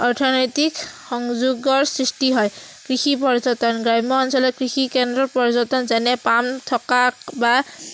অৰ্থনৈতিক সংযোগৰ সৃষ্টি হয় কৃষি পৰ্যটন গ্ৰাম্য অঞ্চলত কৃষি কেন্দ্ৰ পৰ্যটন যেনে পাম থকা বা